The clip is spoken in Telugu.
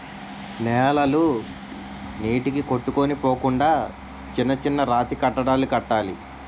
నేలలు నీటికి కొట్టుకొని పోకుండా చిన్న చిన్న రాతికట్టడాలు కట్టాలి